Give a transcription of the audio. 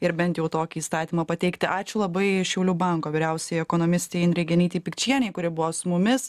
ir bent jau tokį įstatymą pateikti ačiū labai šiaulių banko vyriausioji ekonomistė indrei genytei pikčienei kuri buvo su mumis